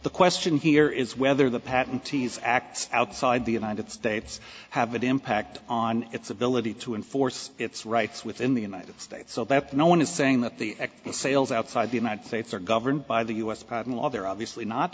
the question here is whether the patent t's act outside the united states have an impact on its ability to enforce its rights within the united states so that no one is saying that the the sales outside the united states are governed by the u s patent law they're obviously not